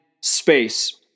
space